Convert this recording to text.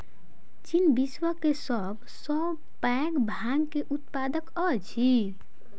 चीन विश्व के सब सॅ पैघ भांग के उत्पादक अछि